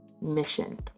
mission